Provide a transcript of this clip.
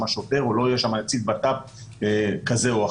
שוטר ולא יהיה נציג בט"פ כזה או אחר,